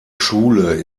schule